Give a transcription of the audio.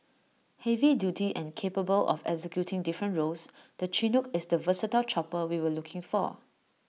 heavy duty and capable of executing different roles the Chinook is the versatile chopper we were looking for